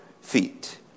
feet